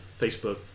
Facebook